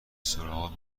سراغ